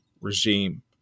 regime